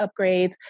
upgrades